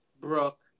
Brooke